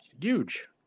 huge